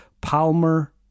Palmer